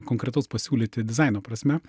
konkretaus pasiūlyti dizaino prasme